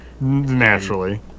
Naturally